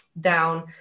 down